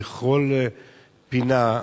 בכל פינה,